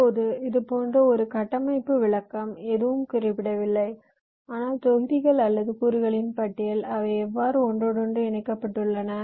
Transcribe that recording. இப்போது இதுபோன்ற ஒரு கட்டமைப்பு விளக்கம் எதுவும் குறிப்பிடவில்லை ஆனால் தொகுதிகள் அல்லது கூறுகளின் பட்டியல் அவை எவ்வாறு ஒன்றோடொன்று இணைக்கப்பட்டுள்ளன